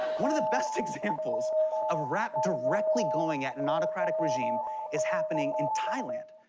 one of the best examples of rap directly going at an autocratic regime is happening in thailand,